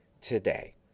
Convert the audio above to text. today